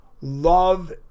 love